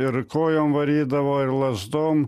ir kojom varydavo ir lazdom